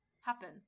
happen